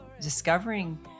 discovering